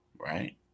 right